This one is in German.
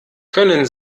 können